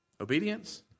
obedience